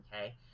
okay